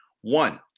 one